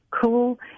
cool